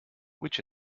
which